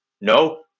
No